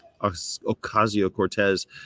Ocasio-Cortez